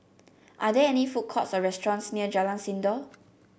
are there food courts or restaurants near Jalan Sindor